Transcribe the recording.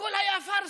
הכול היה פארסה,